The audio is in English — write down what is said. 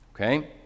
Okay